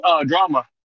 drama